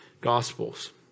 gospels